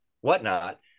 whatnot